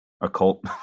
occult